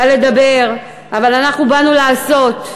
קל לדבר, אבל אנחנו באנו לעשות.